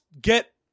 get